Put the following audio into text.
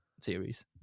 series